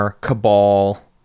Cabal